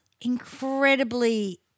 incredibly